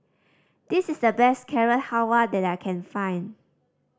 this is the best Carrot Halwa that I can find